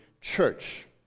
church